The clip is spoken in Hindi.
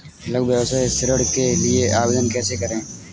लघु व्यवसाय ऋण के लिए आवेदन कैसे करें?